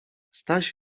staś